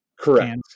Correct